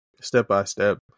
step-by-step